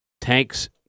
Tanks